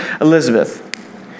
Elizabeth